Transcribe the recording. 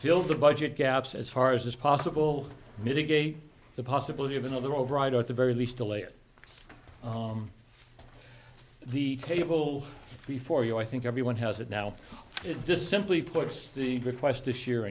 fill the budget gaps as far as possible mitigate the possibility of another override at the very least delay or the table before you i think everyone has it now it just simply puts the request this year